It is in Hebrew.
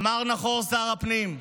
אמר נכון שר הפנים: